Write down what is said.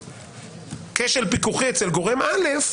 כשל פיקוחי אצל גורם א',